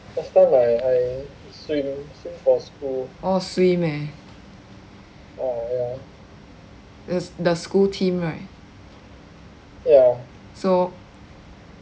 orh swim eh the the school team right so